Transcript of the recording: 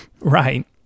Right